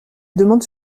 demande